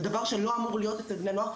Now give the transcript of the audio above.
זה דבר שלא אמור להיות אצל בני נוער,